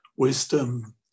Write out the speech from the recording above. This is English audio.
wisdom